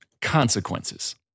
consequences